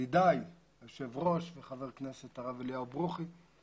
ידידיי, היושב-ראש, חבר הכנסת, הרב אליהו ברוכי,